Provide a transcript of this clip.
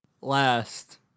last